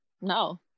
No